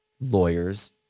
lawyers